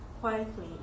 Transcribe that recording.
quietly